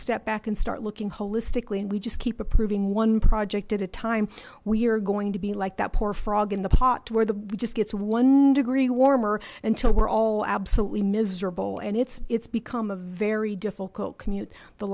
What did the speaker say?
step back and start looking holistically and we just keep approving one project at a time we are going to be like that poor frog in the pot to where the we just gets one degree warmer until we're all absolutely miserable and it's it's become a very difficult commute the